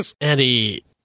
Eddie